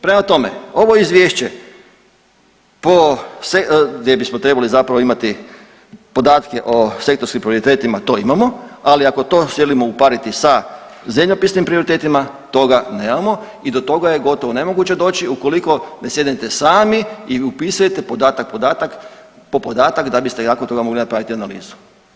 Prema tome, ovo izvješće po, gdje bismo trebali zapravo imati podatke o sektorskim prioritetima to imamo, ali ako to želimo upariti sa zemljopisnim prioritetima toga nemamo i do toga je gotovo nemoguće doći ukoliko ne sjednete sami i upisujete podatak, podatak, po podatak da biste nakon toga mogli napraviti analizu.